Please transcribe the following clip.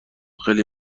خیلی